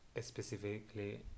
specifically